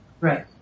Right